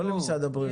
לא למשרד הבריאות.